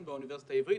באוניברסיטה העברית.